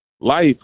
Life